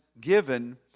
given